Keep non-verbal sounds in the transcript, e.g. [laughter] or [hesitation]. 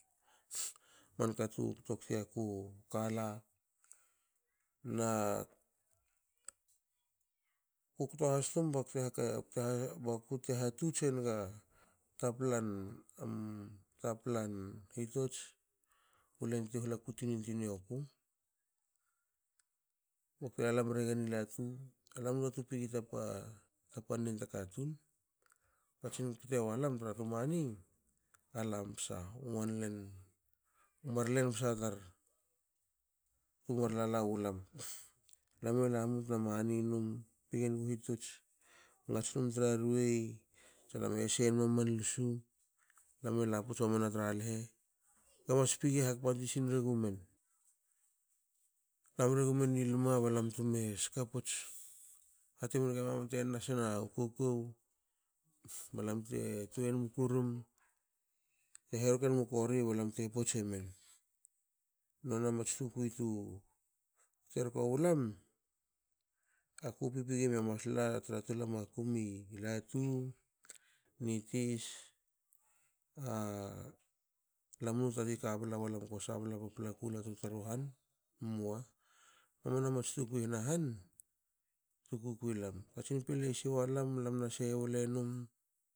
Manka tu ktokti aku kala na [hesitation] kukto has tum bakute hatuts enga taplan hitots ulen ti hla kutin tuini oku. bakte lala mregen i latu alam mnu tatin pigi ta tana katun pigi ta pannen ta katun. Kajin kte walam tra tu mani alam psa wan len mar len psa tar tumar lala wulam. Lame lamu batna mani num pige nugu hitots ngats num tra ruei lame sei nma man lsu lame laputs mamana tra lehe kue mas hakpan tuisin regumen. Lamre gumen i luma balam te me skapots hati menge mama te nas na kokou balam te tueinmu kurum te herko enmu kori balam te pots emen, nona mats tukui tu terko wulam aku pipigi mia masla tra tol a makum i latu ni tisa [hesitation] lam mnu tati kabla walam ko sabla paplakuwa tru taru han emoa mamana mats tukui hana han tu kukui lam katsin pilei siwalam lam na sei wle num